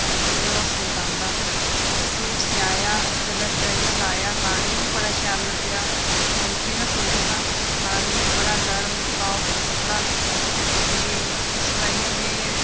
अच्छा फिर में ओर सूट औंदा सूट सिआएआ जेल्लै सिआया लाएया ते लाने गी बडा शैल लग्गेया कपंनी दा सूट हा लाना गी बडा नर्म साफ्ट कपड़ा फ्ही उसी लाइयै में